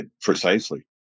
Precisely